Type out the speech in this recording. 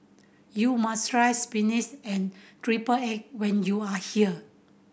you must try and triple egg when you are here